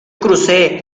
crucé